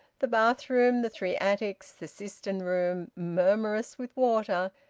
the bathroom, the three attics, the cistern-room murmurous with water,